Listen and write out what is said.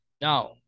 Now